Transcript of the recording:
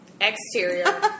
Exterior